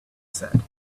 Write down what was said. said